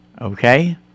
Okay